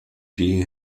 die